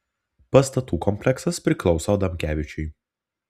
pastatų kompleksas priklauso adamkevičiui